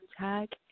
tag